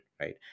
right